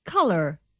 Color